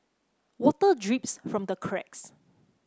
water drips from the cracks